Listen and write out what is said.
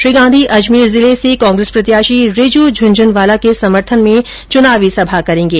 राहुल गांधी अजमेर जिले से कांग्रेस प्रत्याशी रिजू झुनझुनवाला के समर्थन में चुनावी सभा को संबोधित करेंगे